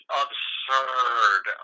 absurd